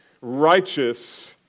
righteous